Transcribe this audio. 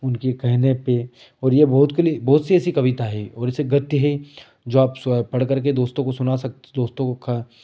उनके कहने पर और ये बहुत के लिए बहुत सी ऐसी कविता है और ऐसे गद्य हैं जो आप स्व पढ़ करके दोस्तों को सुना सक दोस्तों का